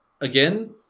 again